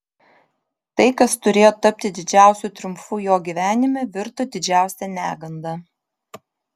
tai kas turėjo tapti didžiausiu triumfu jo gyvenime virto didžiausia neganda